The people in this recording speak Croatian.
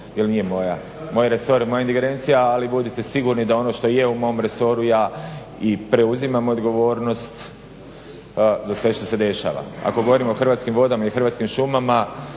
jer nije moj resor, moja indigerencija, ali budite sigurni da ono što je mom resoru, ja i preuzimam odgovornost za sve što se dešava. Ako govorimo o Hrvatskim vodama i Hrvatskim šumama